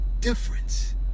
difference